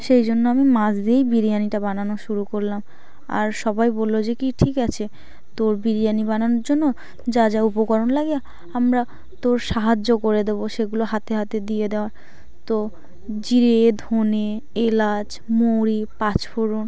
সেই জন্য আমি মাছ দিয়েই বিরিয়ানিটা বানানো শুরু করলাম আর সবাই বলল যে কী ঠিক আছে তোর বিরিয়ানি বানানোর জন্য যা যা উপকরণ লাগে আমরা তোর সাহায্য করে দেব সেগুলো হাতে হাতে দিয়ে দেওয়া তো জিরে ধনে এলাচ মৌরি পাঁচফোড়ন